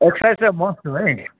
exercise चाहिँ must हो है